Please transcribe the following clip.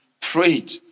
prayed